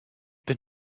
been